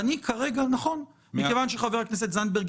מכיוון שעו"ד זנדברג